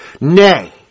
Nay